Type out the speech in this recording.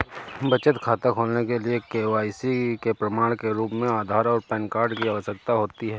बचत खाता खोलने के लिए के.वाई.सी के प्रमाण के रूप में आधार और पैन कार्ड की आवश्यकता होती है